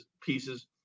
pieces